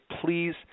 please